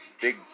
Big